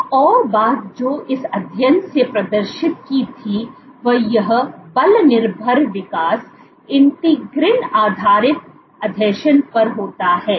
एक और बात जो इस अध्ययन ने प्रदर्शित की थी वह यह बल निर्भर विकास इंटीग्रिन आधारित आसंजन पर होता है